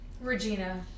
Regina